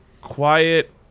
quiet